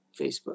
Facebook